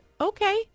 Okay